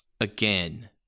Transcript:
Again